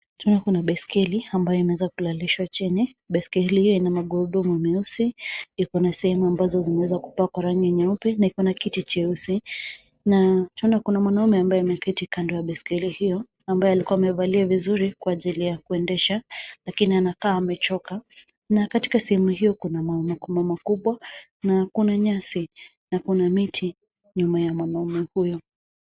Tunaona kuna baiskeli ambayo imeweza kumelalishwa chini, baiskeli yenye magurudumu meusi yako na sehemu ambazo zimeweza kupakwa rangi nyepe na kiti cheusi. Na tunaona kuna mwanaume ambaye ameketi kando ya baiskeli hiyo ambaye alikuwa amevalia vizuri kwa ajili ya kuendesha lakini anakaa amechoka. Na katika sehemu hiyo, kuna mawe makubwa makubwa, kuna nyasi na kuna miti nyuma ya mwanaume huyo.